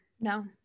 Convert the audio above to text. No